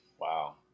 Wow